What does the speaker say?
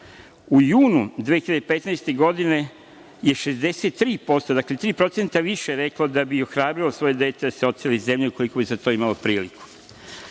U junu 2015. godine je 63%, dakle 3% više, reklo da bi ohrabrilo svoje dete da se odseli iz zemlje ukoliko bi za to imalo priliku.